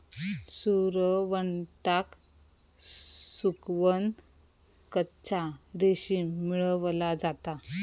सुरवंटाक सुकवन कच्चा रेशीम मेळवला जाता